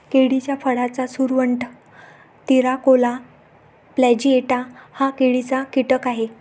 केळीच्या फळाचा सुरवंट, तिराकोला प्लॅजिएटा हा केळीचा कीटक आहे